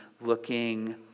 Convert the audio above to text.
looking